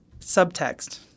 subtext